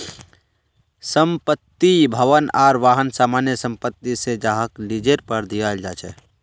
संपत्ति, भवन आर वाहन सामान्य संपत्ति छे जहाक लीजेर पर दियाल जा छे